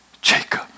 Jacob